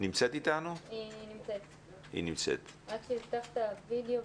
משרד התרבות והספורט.